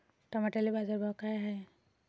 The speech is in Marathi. टमाट्याले बाजारभाव काय हाय?